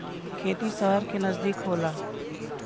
खेती सहर के नजदीक होला